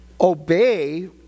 obey